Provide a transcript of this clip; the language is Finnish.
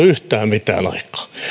yhtään mitään aikaan